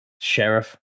Sheriff